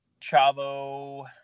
Chavo